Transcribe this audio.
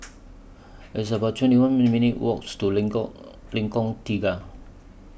It's about twenty one minutes' Walk to Lengkong Lengkong Tiga